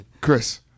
Chris